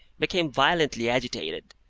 became violently agitated,